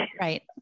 Right